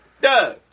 Duh